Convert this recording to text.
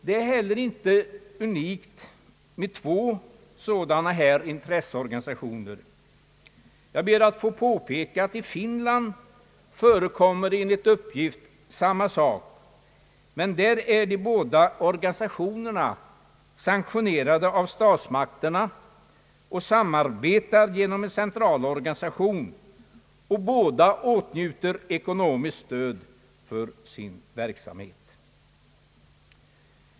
Det är inte heller unikt med två dylika intresseorganisationer. I Finland förekommer enligt uppgift samma sak. Men där är de båda organisationerna sanktionerade av statsmakterna och samarbetar genom en centralorganisation, och de åtnjuter båda ekonomiskt stöd för sin verksamhet.